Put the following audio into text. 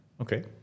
okay